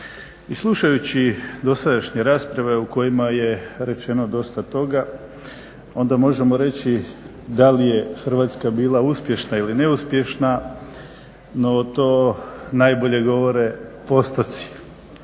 I slušajući dosadašnje rasprave u kojima je rečeno dosta toga onda možemo reći da li je Hrvatska bila uspješna ili neuspješna no to najbolje govore postoci.